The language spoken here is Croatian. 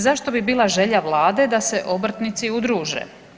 Zašto bi bila želja vlade sa se obrtnici udruže?